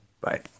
Bye